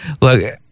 Look